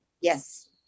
Yes